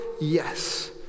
Yes